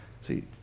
See